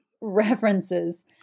references